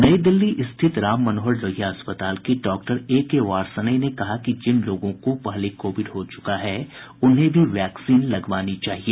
नई दिल्ली स्थिति राम मनोहर लोहिया अस्पताल के डॉक्टर एके वार्ष्णेय ने कहा है कि जिन लोगों को पहले कोविड हो चुका है उन्हें भी वैक्सीन लगवानी चाहिए